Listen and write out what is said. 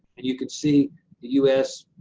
and you can see the u s.